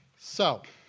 so,